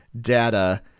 data